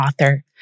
author